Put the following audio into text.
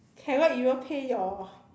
cannot even pay your